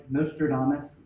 Nostradamus